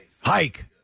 Hike